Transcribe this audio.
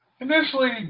Initially